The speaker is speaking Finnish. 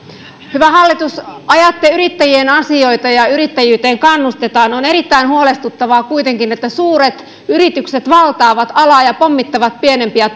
hyvä hallitus ajatte yrittäjien asioita ja ja yrittäjyyteen kannustetaan on erittäin huolestuttavaa kuitenkin että suuret yritykset valtaavat alaa ja pommittavat pienempiä